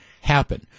happen